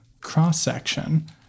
cross-section